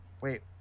Wait